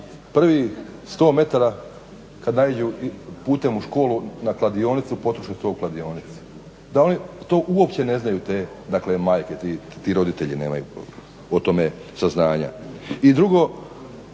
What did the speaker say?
prvih 100 metara kad naiđu putem u školu na kladionicu, potroše to u kladionici. Da oni to uopće ne znaju, te, dakle majke, ti roditelji nemaju o tome saznanja. I drugo,